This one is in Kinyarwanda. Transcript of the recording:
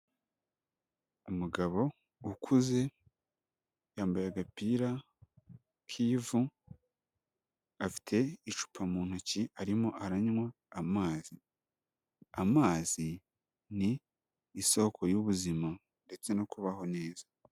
Umugabo ukuze yambaye agapira k'ivu, afite icupa mu ntoki arimo aranywa amazi. Amazi ni isoko y'ubuzima ndetse no kubaho neza.